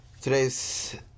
Today's